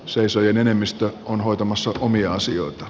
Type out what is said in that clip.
seisoin enemmistö on hoitamassa omia asioita